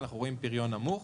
אנחנו רואים פריון נמוך.